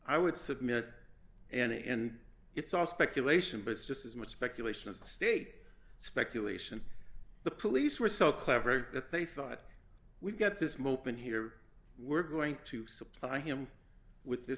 i would submit and it's all speculation but it's just as much speculation of state speculation the police were so clever that they thought we've got this mope in here we're going to supply him with this